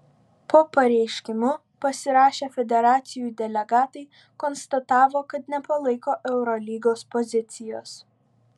po pareiškimu pasirašę federacijų delegatai konstatavo kad nepalaiko eurolygos pozicijos